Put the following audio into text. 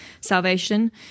salvation